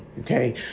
okay